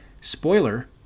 Spoiler